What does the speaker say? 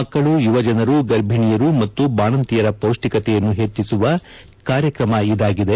ಮಕ್ಕಳು ಯುವಜನರು ಗರ್ಭಿಣಿಯರು ಮತ್ತು ಬಾಣಂತಿಯರ ಪೌಷ್ಟಿಕತೆಯನ್ನು ಹೆಚ್ಚಿಸುವ ಕಾರ್ಯಕ್ರಮ ಇದಾಗಿದೆ